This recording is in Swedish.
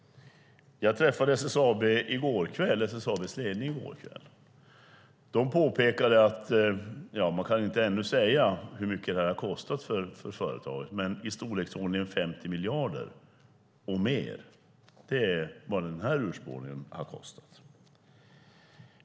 Jag träffade SSAB:s ledning i går kväll. De kan ännu inte säga hur mycket det har kostat företaget, men det rör sig om i storleksordningen 50 miljoner. Det är vad denna urspårning har kostat.